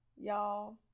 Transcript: y'all